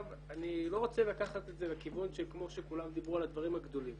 אני לא רוצה לקחת את זה לכיוון כמו שכולם דיברו על הדברים הגדולים.